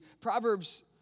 Proverbs